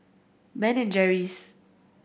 Ben and Jerry's